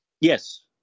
Yes